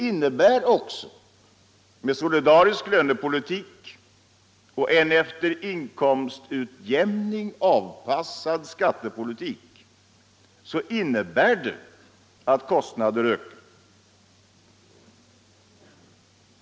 Men en solidarisk lönepolitik och en efter inkomstutjämning avpassad skattepolitik innebär också att kostnaderna ökar.